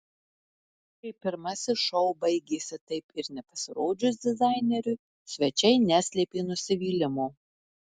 kai pirmasis šou baigėsi taip ir nepasirodžius dizaineriui svečiai neslėpė nusivylimo